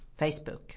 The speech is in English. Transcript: Facebook